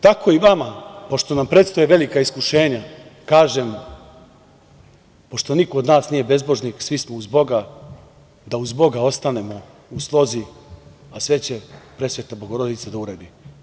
Tako i vama pošto nam predstoje velika iskušenja kažem, pošto niko od nas nije bezbožnik, svi smo uz Boga, da uz Boga ostanemo u slozi, a sve će Presveta Bogorodica da uredi.